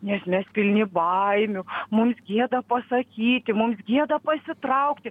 nes mes pilni baimių mums gėda pasakyti mums gėda pasitraukti